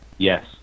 Yes